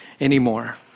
anymore